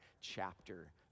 chapter